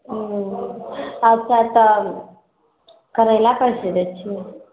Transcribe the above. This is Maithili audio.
अच्छा तऽ करेला कइसे दै छियै